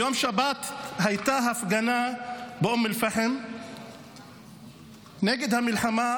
ביום שבת הייתה הפגנה באום אל-פחם נגד המלחמה